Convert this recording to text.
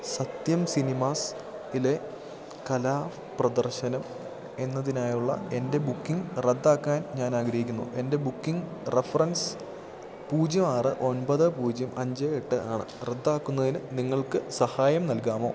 സത്യം സിനിമാസിലെ കലാ പ്രദർശനം എന്നതിനായുള്ള എൻ്റെ ബുക്കിംഗ് റദ്ദാക്കാൻ ഞാൻ ആഗ്രഹിക്കുന്നു എൻ്റെ ബുക്കിംഗ് റഫറൻസ് പൂജ്യം ആറ് ഒൻപത് പൂജ്യം അഞ്ച് എട്ട് ആണ് റദ്ദാക്കുന്നതിനു നിങ്ങൾക്കു സഹായം നൽകാമോ